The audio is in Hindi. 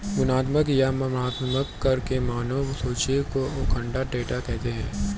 गुणात्मक या मात्रात्मक चर के मानों के समुच्चय को आँकड़ा, डेटा कहते हैं